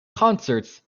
concerts